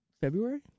February